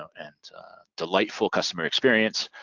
so and delightful customer experience,